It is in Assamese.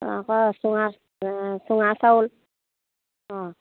অঁ আকৌ চুঙা চুঙা চাউল অঁ